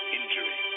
injury